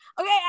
okay